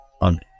on